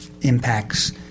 impacts